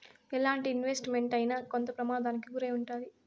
ఎలాంటి investment అయినా కొంత ప్రమాదానికి గురై ఉంటాది